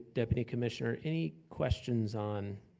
deputy commissioner. any questions on